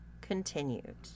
continued